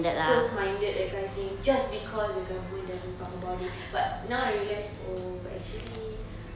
close minded that kind of thing just because the government doesn't talk about it but now I realise oh actually